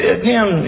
again